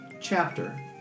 chapter